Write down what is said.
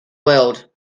world